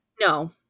No